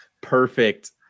perfect